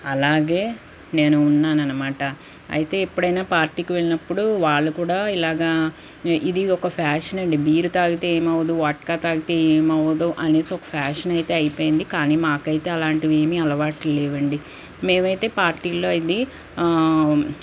అలాగే నేను ఉన్నాననమాట అయితే ఎప్పుడైనా పార్టీకి వెళ్ళినప్పుడు వాళ్ళు కూడా ఇలాగ ఇది ఒక ఫ్యాషనండి బీర్ తాగితే ఏమవ్వదు వడ్కా తాగితే ఏమవ్వదు అనేసి ఒక ఫ్యాషన్ అయితే అయిపోయింది కానీ మాకైతే అలాంటివేమీ అలవాట్లు లేవండి మేమైతే పార్టీల్లోవెళ్ళి